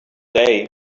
day